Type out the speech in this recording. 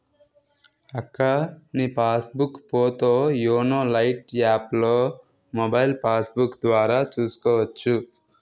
అక్కా నీ passbook పోతో యోనో లైట్ యాప్లో మొబైల్ పాస్బుక్కు ద్వారా చూసుకోవచ్చు